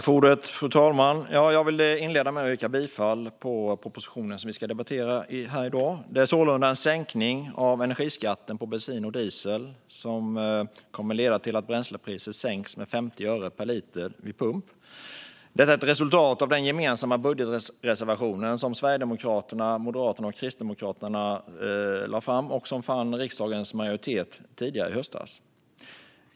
Fru talman! Jag vill inleda med att yrka bifall till propositionen vi ska debattera här i dag. Det är sålunda en sänkning av energiskatten på bensin och diesel som kommer att leda till att bränslepriset sänks med 50 öre per liter vid pump. Detta är ett resultat av den gemensamma budgetreservation som Sverigedemokraterna, Moderaterna och Kristdemokraterna lade fram och som vann riksdagens majoritet i höstas.